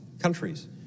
countries